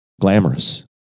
glamorous